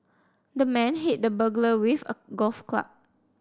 the man hit the burglar with a golf club